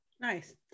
Nice